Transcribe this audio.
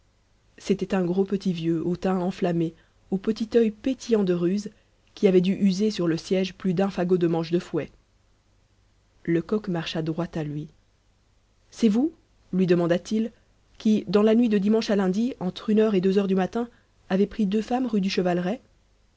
c'était un gros petit vieux au teint enflammé au petit œil pétillant de ruse qui avait dû user sur le siège plus d'un fagot de manches de fouet lecoq marcha droit à lui c'est vous lui demanda-t-il qui dans la nuit de dimanche à lundi entre une heure et deux du matin avez pris deux femmes rue du chevaleret